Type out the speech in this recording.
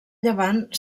llevant